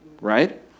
right